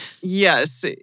Yes